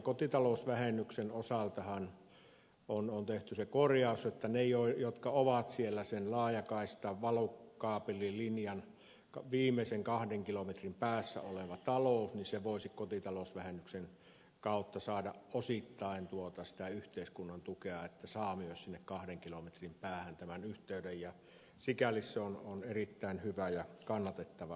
kotitalousvähennyksen osaltahan on tehty se korjaus että se joka on sen laajakaistan valokaapelilinjan viimeisten kahden kilometrin päässä oleva talous voisi kotitalousvähennyksen kautta saada osittain yhteiskunnan tukea että saa myös sinne kahden kilometrin päähän tämän yhteyden ja sikäli se on erittäin hyvä ja kannatettava asia